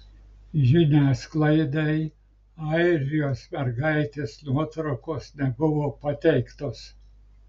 žiniasklaidai airijos mergaitės nuotraukos nebuvo pateiktos